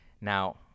Now